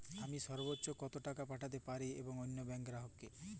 আমি সর্বোচ্চ কতো টাকা পাঠাতে পারি অন্য ব্যাংক র গ্রাহক কে?